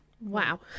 Wow